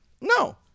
No